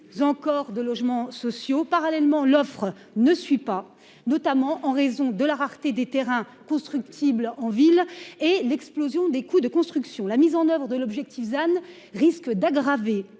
encore de logements sociaux. Parallèlement, l'offre ne suit pas, notamment en raison de la rareté des terrains constructibles en ville et l'explosion des coûts de construction, la mise en oeuvre de l'objectif than risque d'aggraver